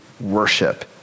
worship